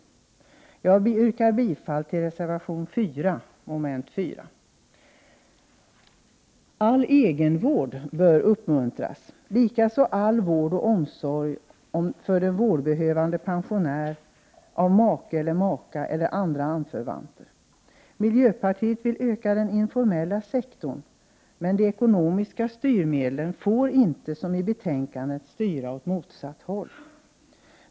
Jag yrkar bifall till reservation 4, som gäller mom. 4 i utskottets hemställan. All egenvård bör uppmuntras, likaså all vård och omsorg för den vårdbehövande pensionären av make/maka eller andra anförvanter. Miljöpartiet vill öka den informella sektorn, men de ekonomiska styrmedlen får inte styra åt motsatt håll.